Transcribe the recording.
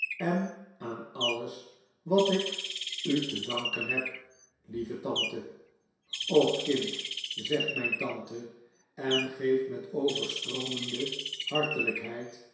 en aan alles wat ik u te danken heb lieve tante och kind zegt mijn tante en geeft met overstroomende